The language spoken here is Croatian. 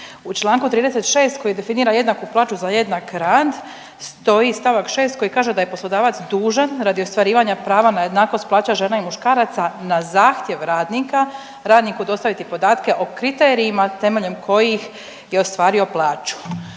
U Članku 36. koji definira jednaku plaću za jednak rad stoji stavak 6. koji kaže da je poslodavac dužan radi ostvarivanja prava na jednakost plaća žena i muškaraca na zahtjev radnika, radniku dostaviti podatke o kriterijima temeljem kojih je ostvario plaću.